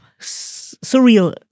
surreal